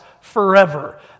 forever